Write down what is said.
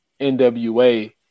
NWA